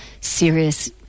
serious